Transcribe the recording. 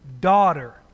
daughter